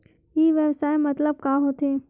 ई व्यवसाय मतलब का होथे?